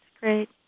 great